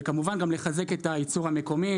וכמובן גם לחזק את הייצור המקומי,